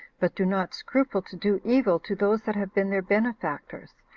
but do not scruple to do evil to those that have been their benefactors,